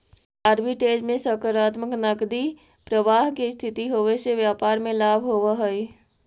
arbitrage में सकारात्मक नकदी प्रवाह के स्थिति होवे से व्यापार में लाभ होवऽ हई